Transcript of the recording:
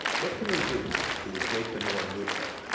what can we do to make them more neutral?